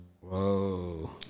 Whoa